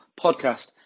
podcast